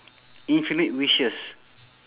infinite wishes